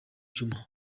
djuma